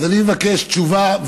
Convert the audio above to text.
אז אני אבקש תשובה,